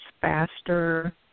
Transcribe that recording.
faster